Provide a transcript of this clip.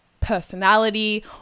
personality